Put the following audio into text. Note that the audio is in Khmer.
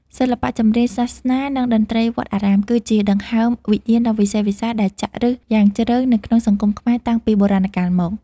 សិល្បៈចម្រៀងសាសនា និងតន្ត្រីវត្តអារាម គឺជាដង្ហើមវិញ្ញាណដ៏វិសេសវិសាលដែលចាក់ឫសយ៉ាងជ្រៅនៅក្នុងសង្គមខ្មែរតាំងពីបុរាណកាលមក។